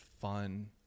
fun